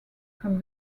from